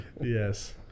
Yes